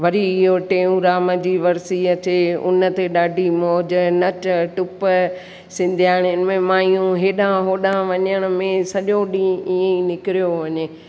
वरी इहो टेऊंराम जी वर्सी अचे उन ते ॾाढी मौज नच टिप सिंधियाणे में मायूं हेॾां होॾां वञण में सॼो ॾींहुं इएं ई निकिरियो वञे